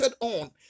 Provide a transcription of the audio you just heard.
on